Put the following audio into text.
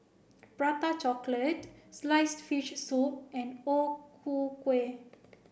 prata chocolate sliced fish soup and O Ku Kueh